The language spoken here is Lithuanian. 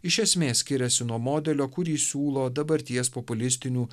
iš esmės skiriasi nuo modelio kurį siūlo dabarties populistinių